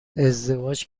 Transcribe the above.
ازدواج